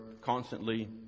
constantly